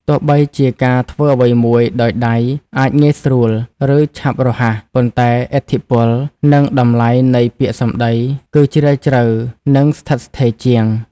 ទោះបីជាការធ្វើអ្វីមួយដោយដៃ អាចងាយស្រួល ឬឆាប់រហ័ស ប៉ុន្តែ ឥទ្ធិពល និងតម្លៃនៃពាក្យសម្ដី គឺជ្រាលជ្រៅ និងស្ថិតស្ថេរជាង។